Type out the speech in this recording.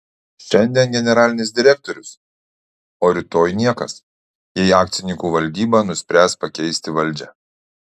šiandien generalinis direktorius o rytoj niekas jei akcininkų valdyba nuspręs pakeisti valdžią